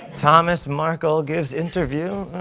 thomas markle gives interview.